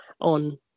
on